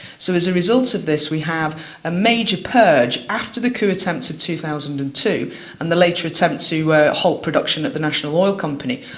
so as a result of this we have a major purge after the coup attempt of two thousand and two and the later attempt to ah halt production at the national oil company,